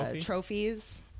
trophies